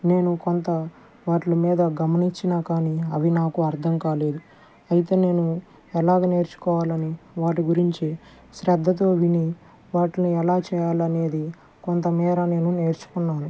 నేను కొంత వాటిలి మీద గమనించిన కానీ అవి నాకు అర్థం కాలేదు అయితే నేను ఎలాగ నేర్చుకోవాలని వాటి గురించి శ్రద్ధతో విని వాటిలిని ఎలా చేయాలి అనేది కొంతమేర నేను నేర్చుకున్నాను